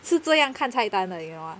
是这样看菜单的你懂吗